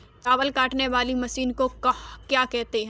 चावल काटने वाली मशीन को क्या कहते हैं?